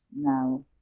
now